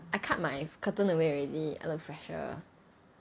I cut my curtain away already I look fresher